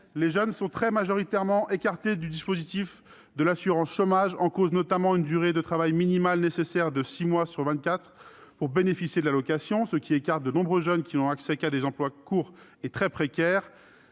les jeunes sont très majoritairement privés du dispositif de l'assurance chômage. La durée de travail minimale nécessaire de 6 mois sur 24 mois pour bénéficier de l'allocation tend en effet à écarter de nombreux jeunes, qui n'ont accès qu'à des emplois courts et très précaires.